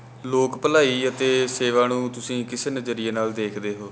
ਲੋਕ ਭਲਾਈ ਅਤੇ ਸੇਵਾ ਨੂੰ ਤੁਸੀਂ ਕਿਸ ਨਜ਼ਰੀਏ ਨਾਲ ਦੇਖਦੇ ਹੋ